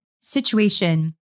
situation